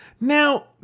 Now